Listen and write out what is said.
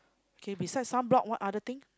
okay besides sunblock what other thing